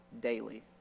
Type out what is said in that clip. Daily